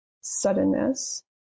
suddenness